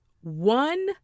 One